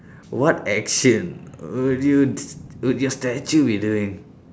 what action would you would your statue be doing